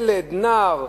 ילד, נער,